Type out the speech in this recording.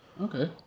Okay